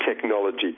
technology